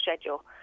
schedule